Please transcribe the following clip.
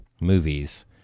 movies